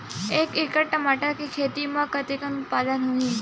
एक एकड़ टमाटर के खेती म कतेकन उत्पादन होही?